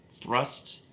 thrust